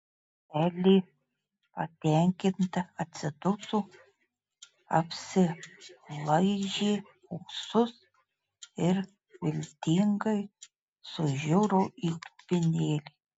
elė patenkinta atsiduso apsilaižė ūsus ir viltingai sužiuro į dubenėlį